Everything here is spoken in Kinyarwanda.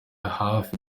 hafi